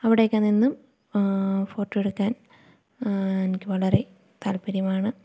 അവിടം ഒക്കെ നിന്നും ഫോട്ടോ എടുക്കാൻ എനിക്ക് വളരെ താൽപര്യമാണ്